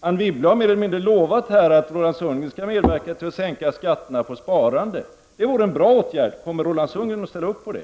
Anne Wibble har mer eller mindre lovat här att Roland Sundgren skall medverka till att sänka skatterna på sparandet. Det vore en bra åtgärd. Kommer Roland Sundgren att ställa upp på det?